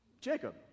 Jacob